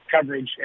coverage